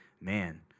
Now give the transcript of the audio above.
man